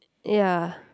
ya